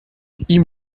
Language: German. ihm